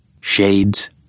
Shades